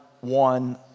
one